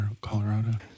Colorado